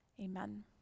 Amen